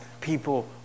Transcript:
people